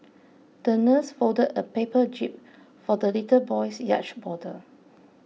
the nurse folded a paper jib for the little boy's yacht model